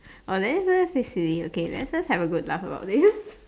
orh there someone say silly okay lets just have a good laugh about this